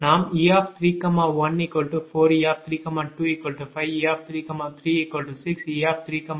நாம் e314e325e336e349